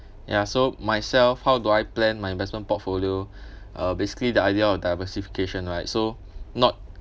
ya so myself how do I plan my investment portfolio uh basically the idea of diversification right so not